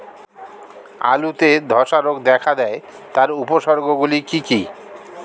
আলুতে ধ্বসা রোগ দেখা দেয় তার উপসর্গগুলি কি কি?